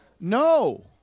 No